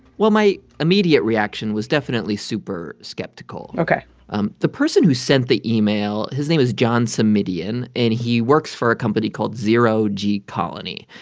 well, my immediate reaction was definitely super skeptical ok um the person who sent the email, his name was john simidian. and he works for a company called zero g colony.